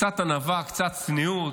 קצת ענווה, קצת צניעות,